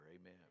Amen